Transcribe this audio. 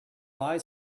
buy